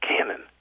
Cannon